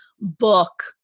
book